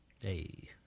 Hey